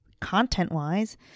content-wise